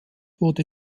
wurde